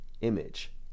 image